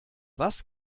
was